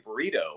burrito